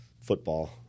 football